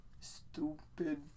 Stupid